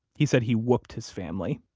he said he whooped his family